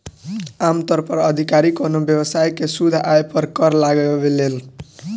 आमतौर पर अधिकारी कवनो व्यवसाय के शुद्ध आय पर कर लगावेलन